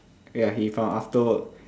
ya he from after work